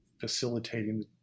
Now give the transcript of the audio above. facilitating